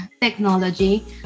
technology